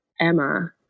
Emma